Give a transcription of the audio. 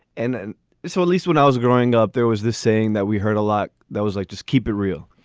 and and so at least when i was growing up, there was this saying that we heard a lock that was like, just keep it real.